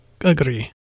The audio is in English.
agree